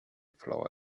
floor